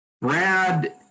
Brad